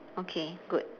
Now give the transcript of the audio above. okay good